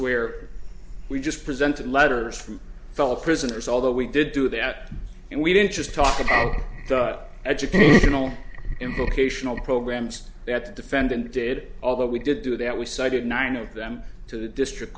where we just presented letters from fellow prisoners although we did do that and we didn't just talk about our educational in vocational programs that defendant did although we did do that we cited nine of them to the district